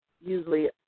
usually